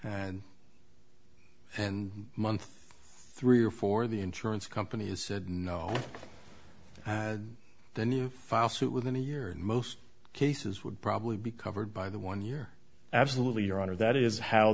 and and month three or four the insurance companies said no had the new file suit within a year in most cases would probably be covered by the one year absolutely your honor that is how